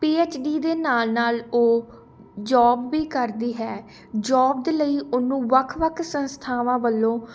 PhD ਦੇ ਨਾਲ਼ ਨਾਲ਼ ਉਹ ਜੋਬ ਵੀ ਕਰਦੀ ਹੈ ਜੋਬ ਦੇ ਲਈ ਉਹਨੂੰ ਵੱਖ ਵੱਖ ਸੰਸਥਾਵਾਂ ਵੱਲੋਂ